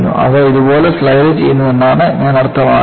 അവ ഇതുപോലെ സ്ലൈഡുചെയ്യുന്നുവെന്നാണ് ഞാൻ അർത്ഥമാക്കുന്നത്